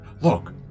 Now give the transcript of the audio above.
Look